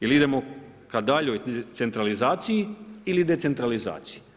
Ili idemo ka daljnjoj centralizaciji ili decentralizaciji.